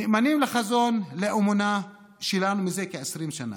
נאמנים לחזון, לאמונה שלנו זה כ-20 שנה,